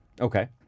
Okay